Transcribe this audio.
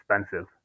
expensive